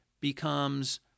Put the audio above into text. becomes